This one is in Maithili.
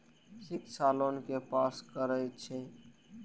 शिक्षा लोन के पास करें छै?